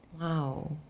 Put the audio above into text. Wow